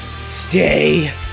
Stay